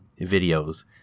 videos